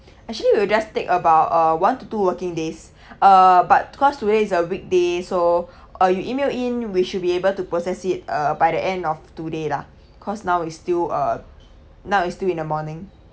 actually we'll just take about uh one to two working days uh but because today is a week day so uh you email in we should be able to process it uh by the end of today lah cause now is still uh now is still in the morning